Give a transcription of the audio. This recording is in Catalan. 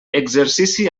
exercici